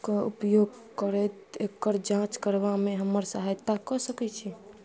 उपयोग करैत एकर जाँच करबामे हमर सहायता कऽ सकै छी